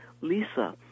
Lisa